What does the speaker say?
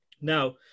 Now